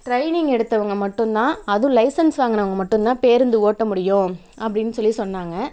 training எடுத்தவங்க மட்டும்தான் அதுவும் லைசன்ஸ் வாங்குனவங்க மட்டும்தான் பேருந்து ஓட்ட முடியும் அப்படின்னு சொல்லி சொன்னாங்க